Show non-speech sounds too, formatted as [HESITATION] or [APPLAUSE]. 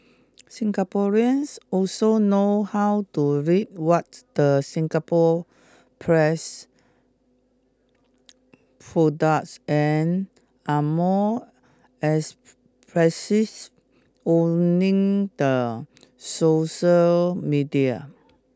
Singaporeans also know how to read what the Singapore press [HESITATION] products and are more expressive owning the social media